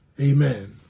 amen